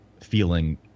feeling